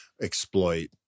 exploit